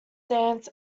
dance